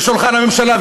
בשולחן הממשלה,